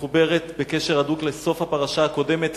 מחוברת בקשר הדוק לסוף הפרשה הקודמת,